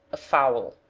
a fowl.